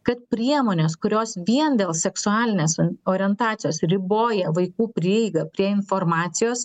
kad priemonės kurios vien dėl seksualinės orientacijos riboja vaikų prieigą prie informacijos